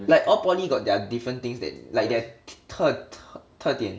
like all poly got their different things that like their 特特特点